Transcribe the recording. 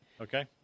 Okay